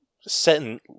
setting